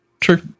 True